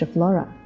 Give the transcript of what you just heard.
Flora